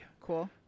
cool